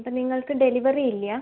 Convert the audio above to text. അപ്പം നിങ്ങൾക്ക് ഡെലിവറി ഇല്ലാ